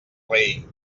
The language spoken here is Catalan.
rei